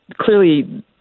clearly